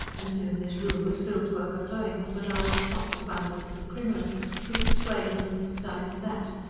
and soon this room was filled to overflowing with the large soft abundance of crinoline hoops swaying from this side to that,